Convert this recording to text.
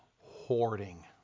hoarding